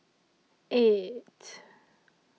eight